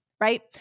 right